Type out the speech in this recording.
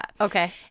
Okay